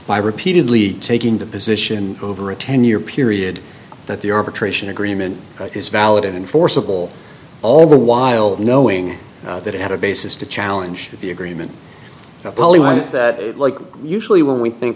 by repeatedly taking the position over a ten year period that the arbitration agreement is valid enforceable all the while knowing that it had a basis to challenge the agreement that usually when we think